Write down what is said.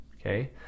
Okay